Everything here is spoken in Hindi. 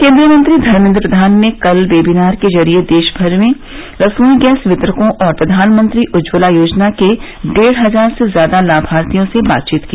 केन्द्रीय मंत्री धर्मेन्द्र प्रधान ने कल वेबिनार के जरिए देशभर के रसोई गैस वितरकों और प्रधानमंत्री उज्जवला योजना के डेढ़ हजार से ज्यादा लाभार्थियों से बातचीत की